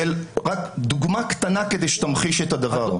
דוגמה קטנה כדי שתמחיש את הדבר.